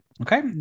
Okay